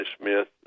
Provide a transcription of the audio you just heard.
Smith